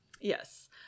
yes